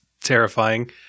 terrifying